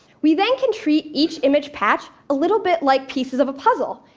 we then can treat each image patch a little bit like pieces of a puzzle.